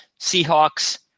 Seahawks